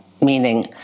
Meaning